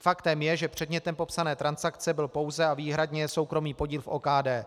Faktem je, že předmětem popsané transakce byl pouze a výhradně soukromý podíl v OKD.